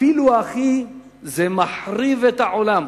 אפילו הכי זה מחריב את העולם.